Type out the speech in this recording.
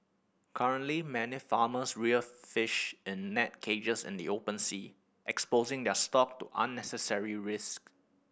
currently many farmers rear fish in net cages in the open sea exposing their stock to unnecessary risk